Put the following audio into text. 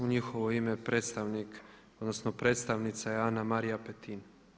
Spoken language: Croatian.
U njihovo ime predstavnik odnosno predstavnica je Ana-Marija Petin.